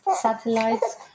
satellites